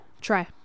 try